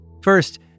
First